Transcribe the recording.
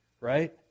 right